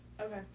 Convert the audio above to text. okay